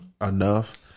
enough